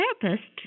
therapist